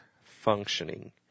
Functioning